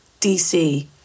DC